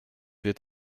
wird